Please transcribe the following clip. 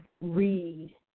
read